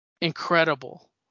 incredible